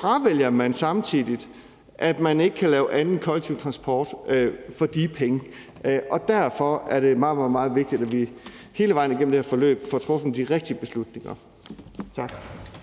fravælger man samtidig at kunne lave anden kollektiv transport for de penge. Derfor er det meget, meget vigtigt, at vi hele vejen igennem det her forløb får truffet de rigtige beslutninger. Tak.